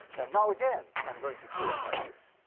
and now again i'm going to torque like this.